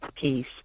Peace